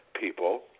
people